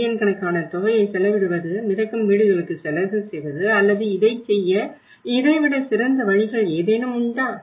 billion கணக்கான தொகையை செலவிடுவது மிதக்கும் வீடுகளுக்கு செலவு செய்வது அல்லது இதைச் செய்ய இதைவிட சிறந்த வழிகள் ஏதேனும் உண்டா